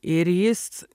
ir jis